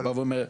לא, לא.